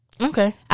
okay